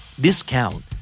Discount